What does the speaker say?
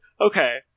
Okay